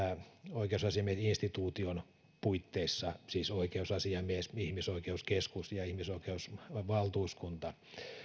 oikeusasiamiesinstituution puitteissa siis oikeusasiamies ihmisoikeuskeskus ja ihmisoikeusvaltuuskunta